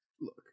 Look